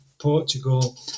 Portugal